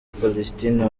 palestine